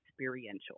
experiential